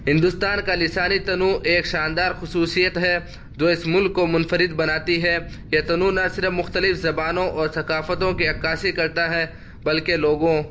ہندوستان کا لسانی تنوع ایک شاندار خصوصیت ہے جو اس ملک کو منفرد بناتی ہے یہ تنوع نہ صرف زبانوں اور ثقافتوں کی عکاسی کرتا ہے بلکہ لوگوں